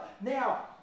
Now